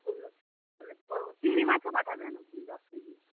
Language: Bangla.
চিংড়ি মাছও পাঠাবেন আপনি দশ কেজি